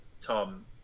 Tom